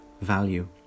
value